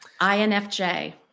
INFJ